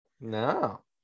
no